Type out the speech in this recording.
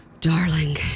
Darling